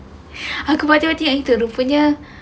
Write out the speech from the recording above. aku berhati-hati interview rupanya